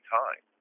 time